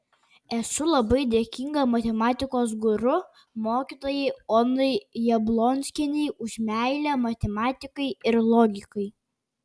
esu labai dėkinga matematikos guru mokytojai onai jablonskienei už meilę matematikai ir logikai